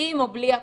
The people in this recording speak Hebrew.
עם או בלי הקורונה.